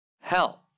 Hell